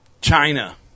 China